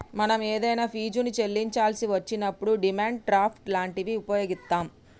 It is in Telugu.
మనం ఏదైనా ఫీజుని చెల్లించాల్సి వచ్చినప్పుడు డిమాండ్ డ్రాఫ్ట్ లాంటివి వుపయోగిత్తాం